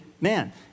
man